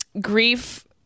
grief